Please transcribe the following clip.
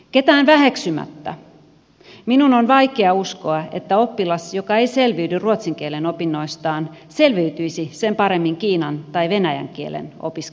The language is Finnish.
ketään väheksymättä minun on vaikea uskoa että oppilas joka ei selviydy ruotsin kielen opinnoistaan selviytyisi sen paremmin kiinan tai venäjän kielen opiskelusta